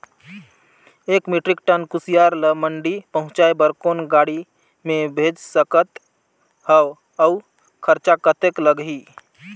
एक metric ton कुसियार ल मंडी पहुंचाय बर कौन गाड़ी मे भेज सकत हव अउ खरचा कतेक लगही?